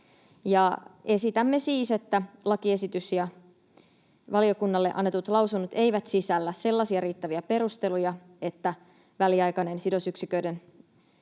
Esitämme siis, että lakiesitys ja valiokunnalle annetut lausunnot eivät sisällä sellaisia riittäviä perusteluja, että tämä väliaikainen sidosyksiköiden